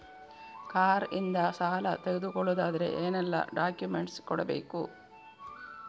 Car ಇಂದ ಸಾಲ ತಗೊಳುದಾದ್ರೆ ಏನೆಲ್ಲ ಡಾಕ್ಯುಮೆಂಟ್ಸ್ ಕೊಡ್ಬೇಕು?